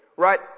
Right